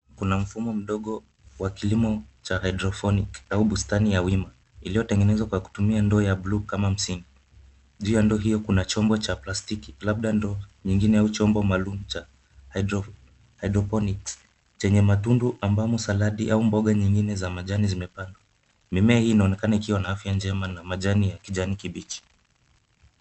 Kuna mfumo mdogo wa kilimo cha (cs)hydrophonics(cs) au bustani ya wimo iliotengenezwa kwa kutumia ndoo ya (cs)blue(cs) kama msingi. Juu ya ndoo hio kuna chombo cha plastiki labda ndoo nyingine au chombo maalum cha(cs) hydrophonics (cs)chenye matundu ambamo saladi au boga nyingine za majani zimepandwa, mimea hii inaonekana kuwa na afya njema na majani ya kijani kibichi.